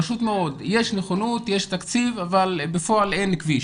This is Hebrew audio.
יש נכונות, יש תקציב אבל בפועל אין כביש.